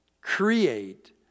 create